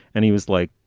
and he was like,